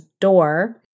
door